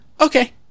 okay